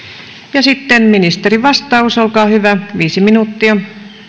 sitten ministerin vastaus olkaa hyvä viisi minuuttia